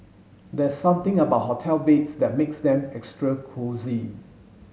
there's something about hotel beds that makes them extra cosy